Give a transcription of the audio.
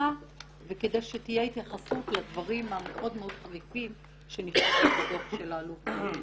וכדי שתהיה התייחסות לדברים המאוד-מאוד חריפים שנאמרו בדוח של האלוף בריק.